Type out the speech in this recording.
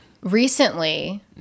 Recently